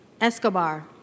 Escobar